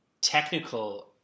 technical